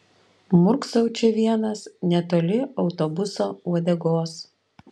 murksau čia vienas netoli autobuso uodegos